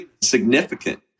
Significant